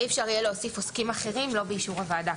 אי אפשר יהיה להוסיף עוסקים אחרים שלא באישור הוועדה,